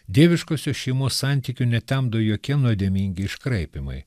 dieviškosios šeimos santykių netemdo jokie nuodėmingi iškraipymai